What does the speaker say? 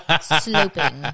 sloping